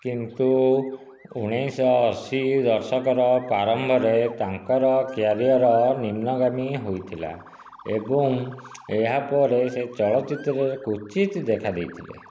କିନ୍ତୁ ଉଣେଇଶହ ଅଶୀ ଦଶକର ପ୍ରାରମ୍ଭରେ ତାଙ୍କର କ୍ୟାରିଅର ନିମ୍ନଗାମୀ ହୋଇଥିଲା ଏବଂ ଏହାପରେ ସେ ଚଳଚ୍ଚିତ୍ରରେ କ୍ୱଚିତ୍ ଦେଖାଦେଇଥିଲେ